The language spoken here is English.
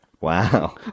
Wow